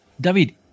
David